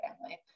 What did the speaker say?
family